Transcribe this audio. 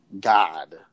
god